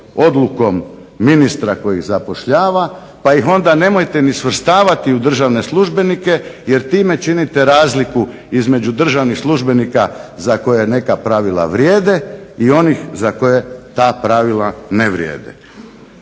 odlukom ministra koji zapošljava pa ih onda nemojte ni svrstavati u državne službenike jer time činite razliku između državnih službenika za koje neka pravila vrijede i onih za koje ta pravila ne vrijede.